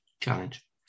challenge